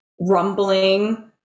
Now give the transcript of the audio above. rumbling